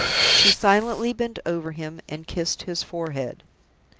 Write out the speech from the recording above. she silently bent over him and kissed his forehead.